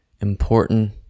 Important